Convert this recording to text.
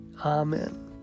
Amen